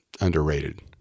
underrated